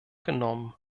genommen